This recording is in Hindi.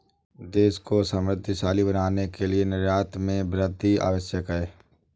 देश को समृद्धशाली बनाने के लिए निर्यात में वृद्धि आवश्यक है